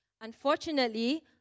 Unfortunately